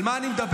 על מה הוא מדבר?